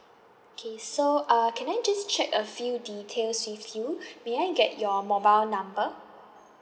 okay so uh can I just check a few details with you may I get your mobile number